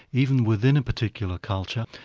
even within a particular culture,